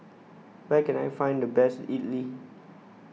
where can I find the best idly